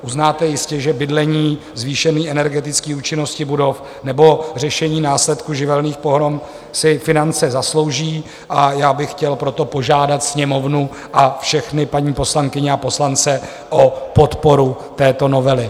Uznáte jistě, že bydlení, zvýšení energetické účinnosti budov nebo řešení následků živelných pohrom si finance zaslouží, a já bych chtěl proto požádat Sněmovnu a všechny paní poslankyně a poslance o podporu této novely.